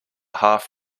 half